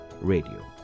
Radio